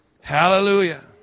Hallelujah